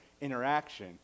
interaction